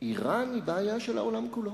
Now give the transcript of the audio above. אירן היא בעיה של העולם כולו.